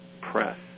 press